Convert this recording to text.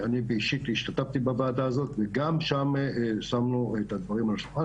אני אישית השתתפתי בוועדה הזו וגם שם שמנו את הדברים על השולחן,